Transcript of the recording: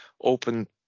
open